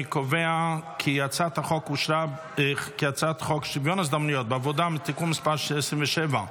אני קובע כי הצעת חוק שוויון ההזדמנויות בעבודה (תיקון מס' 27),